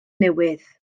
newydd